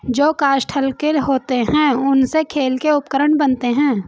जो काष्ठ हल्के होते हैं, उनसे खेल के उपकरण बनते हैं